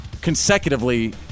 consecutively